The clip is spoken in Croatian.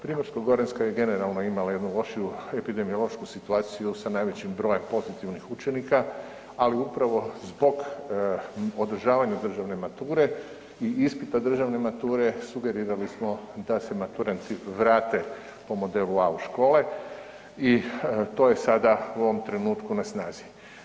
Primorsko-goranska je generalno imala jednu lošiju epidemiološku situaciju sa najvećim brojem pozitivnih učenika, ali upravo zbog održavanja državne mature i ispita državne mature sugerirali smo da se maturanti vrate po modelu A u škole i to je sada u ovom trenutku na snazi.